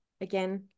again